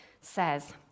says